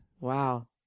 Wow